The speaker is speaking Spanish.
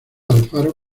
alfaro